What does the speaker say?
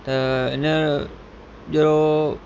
त इन जो